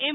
એમ